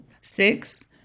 Six